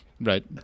Right